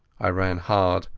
i ran hard,